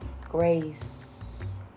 Grace